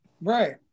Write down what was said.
right